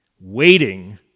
waiting